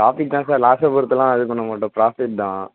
profit தான் sir லாஸ்ஸை பொறுத்தெல்லாம் இது பண்ண மாட்டோம் ப்ராஃபிட் தான்